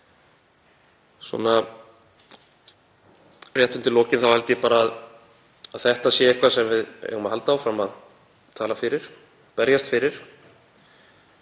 Svona rétt undir lokin þá held ég að þetta sé eitthvað sem við eigum að halda áfram að tala fyrir, berjast fyrir.